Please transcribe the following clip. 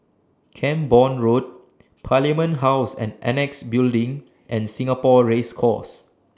Camborne Road Parliament House and Annexe Building and Singapore Race Course